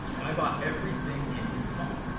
i bought everything in his funnel.